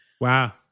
Wow